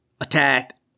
attack